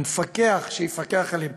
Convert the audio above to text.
המפקח שיפקח עליהם